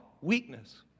weakness